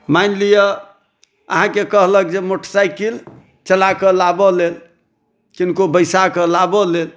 मानि लीअ अहाँकेँ कहलक जे मोटरसाइकल चलाके लाबऽ लेल किनको बैसा कऽ लाबऽ लेल